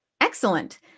Excellent